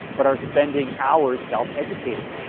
but are spending hours self-educating?